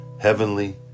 heavenly